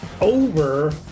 over